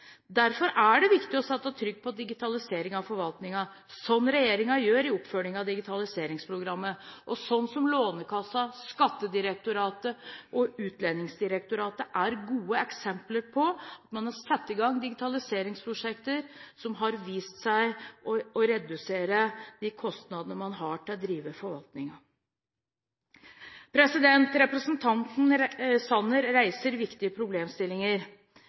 Derfor er det viktig å sette trykk på digitalisering av forvaltningen, slik regjeringen gjør i oppfølgingen av digitaliseringsprogrammet, og slik Lånekassen, Skattedirektoratet og Utlendingsdirektoratet er gode eksempler på: at man har satt i gang digitaliseringsprosjekter som har vist seg å redusere de kostnadene man har med å drive forvaltningen. Representanten Sanner reiser viktige problemstillinger.